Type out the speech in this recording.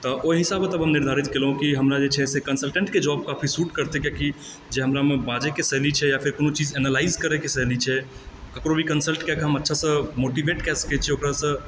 तऽ ओहि हिसाबे तब हम निर्धारित केलहुॅं जे हमरा जे छै कंसलटेंट कर जौब काफ़ी सूट करतै कियाकि जे हमरा मे बाजय के शैली छै या फेर कोनो चीज एनेलाइज करय के शैली छै केकरो भी कंसलटेंट कए हम अच्छा से मोटिवेट कय सकै छियै ओकरा सॅं